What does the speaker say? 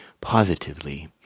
positively